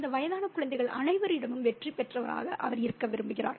இந்த வயதான குழந்தைகள் அனைவரிடமும் வெற்றி பெற்றவராக அவர் இருக்க விரும்புகிறார்